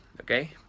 okay